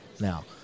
now